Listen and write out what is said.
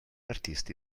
artisti